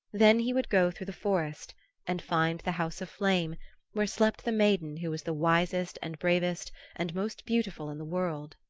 then he would go through the forest and find the house of flame where slept the maiden who was the wisest and bravest and most beautiful in the world.